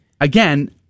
Again